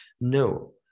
No